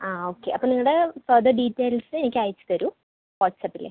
ആ ഓക്കെ അപ്പോൾ നിങ്ങളുടെ ഫർദർ ഡീറ്റെയിൽസ് എനിക്ക് അയച്ച് തരൂ വാട്ട്സ്പ്പിൽ